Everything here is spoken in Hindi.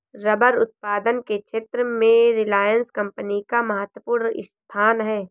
रबर उत्पादन के क्षेत्र में रिलायंस कम्पनी का महत्त्वपूर्ण स्थान है